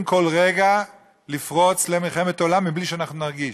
כל רגע להביא לפרוץ מלחמת עולם בלי שנרגיש.